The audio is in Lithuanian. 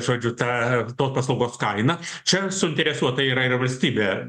žodžiu tą tos paslaugos kainą čia suinteresuota yra ir valstybė